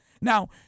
Now